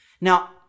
Now